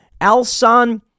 Alsan